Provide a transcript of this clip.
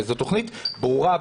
וזאת תכנית ברורה,